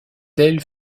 tel